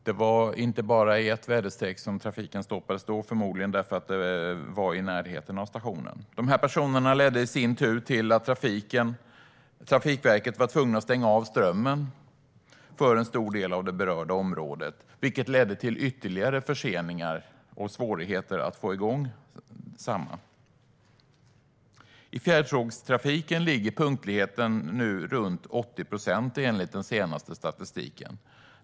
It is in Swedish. Det var inte bara i ett väderstreck som trafiken stoppades, vilket förmodligen berodde på att det var i närheten av stationen. Det här ledde i sin tur till att Trafikverket var tvunget att stänga av strömmen för en stor del av det berörda området, vilket ledde till ytterligare förseningar och svårigheter att få igång trafiken. I fjärrtågstrafiken ligger punktligheten enligt den senaste statistiken på runt 80 procent.